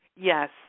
Yes